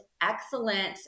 excellent